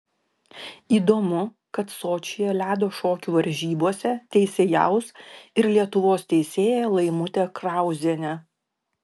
įdomu kad sočyje ledo šokių varžybose teisėjaus ir lietuvos teisėja laimutė krauzienė